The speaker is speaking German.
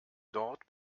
dort